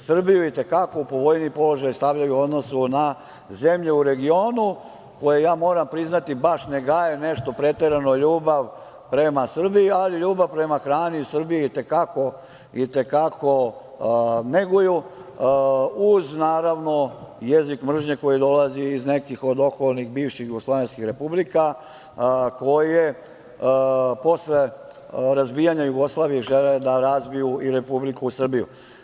Srbiju i te kako u povoljniji položaj stavljaju u odnosu na zemlje u regionu koje moram priznati, baš ne gaje nešto preterano ljubav prema Srbiji, ali ljubav prema hrani iz Srbije i te kako neguju, uz naravno, jezik mržnje koji dolazi iz nekih okolnih bivših jugoslovenskih republika koje posle razbijanja Jugoslavije žele da razbiju i Republiku Srbiju.